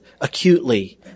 acutely